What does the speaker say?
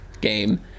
game